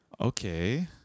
Okay